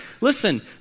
Listen